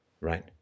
Right